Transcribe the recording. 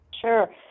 Sure